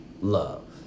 love